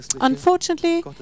Unfortunately